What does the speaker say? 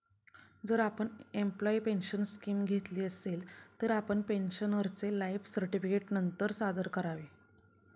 जर आपण employee pension scheme घेतली असेल, तर आपण पेन्शनरचे लाइफ सर्टिफिकेट नंतर सादर करावे